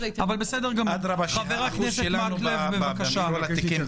חבר הכנסת מקלב, בבקשה.